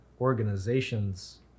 organizations